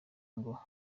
ngo